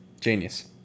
Genius